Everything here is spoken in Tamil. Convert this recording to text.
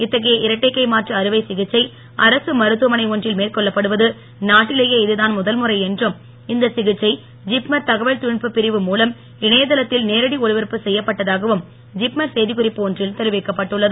இத்தகைய இரட்டை கை மாற்று அறுவை சிகிச்சை அரசு மருத்துவமனை ஒன்றில் மேற்கொள்ளப்படுவது நாட்டிலேயே இதுதான் முதல்முறை என்றும் இந்த சிகிச்சை ஜிப்மர் தகவல் தொழில்நுட்பப் பிரிவு மூலம் இணையதளத்தில் நேரடி ஒளிபரப்பு செய்யப்பட்டதாகவும் ஜிப்மர் செய்திக்குறிப்பு ஒன்றில் தெரிவிக்கப்பட்டுள்ளது